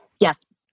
Yes